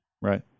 right